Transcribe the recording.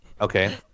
okay